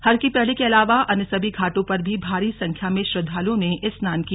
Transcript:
हरकी पैड़ी के अलावा अन्य सभी घाटों पर भी भारी संख्या में श्रद्वालुओं ने स्नान किया